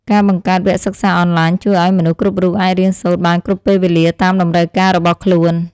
ការបង្កើតវគ្គសិក្សាអនឡាញជួយឱ្យមនុស្សគ្រប់រូបអាចរៀនសូត្របានគ្រប់ពេលវេលាតាមតម្រូវការរបស់ខ្លួន។